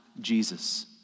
Jesus